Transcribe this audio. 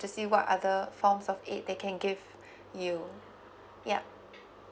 to see what other forms of aid they can give you yup